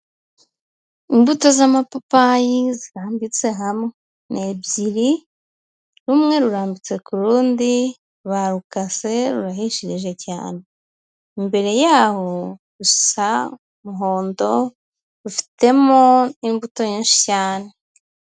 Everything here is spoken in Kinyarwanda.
Imbuto z'amapapayi zirambitse hamwe, ni ebyiri, rumwe rurambitse ku rundi, barukase, rurahishirije cyane, imbere y'aho rusa umuhondo, rufitemo imbuto nyinshi cyane.